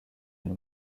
une